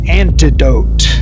antidote